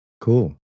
Cool